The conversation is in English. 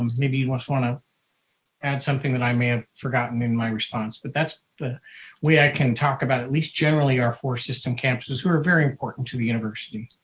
maybe you just want to add something that i may have forgotten in my response, but that's the way i can talk about, at least, generally our four system campuses who are very important to the